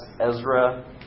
Ezra